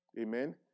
Amen